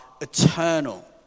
eternal